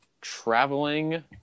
traveling